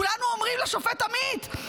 כולנו אומרים לשופט עמית: